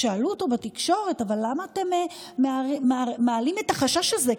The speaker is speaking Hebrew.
שאלו אותו בתקשורת: אבל למה אתם מעלים את החשש הזה?